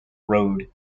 road